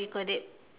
we could it